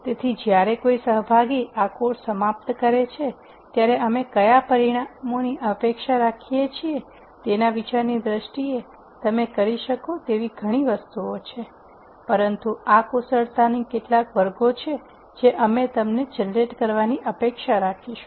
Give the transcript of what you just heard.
તેથી જ્યારે કોઈ સહભાગી આ કોર્સ સમાપ્ત કરે છે ત્યારે અમે કયા પરિણામોની અપેક્ષા રાખીએ છીએ તેના વિચારની દ્રષ્ટિએ તમે કરી શકો તેવી ઘણી વસ્તુઓ છે પરંતુ આ કુશળતાની કેટલીક વર્ગો છે જે અમે તમને પેદા કરવાની અપેક્ષા રાખીશું